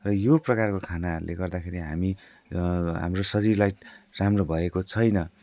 र यो प्रकारको खानाले गर्दाखेरि हामी हाम्रो शरीरलाई राम्रो भएको छैन